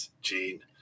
Gene